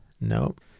Nope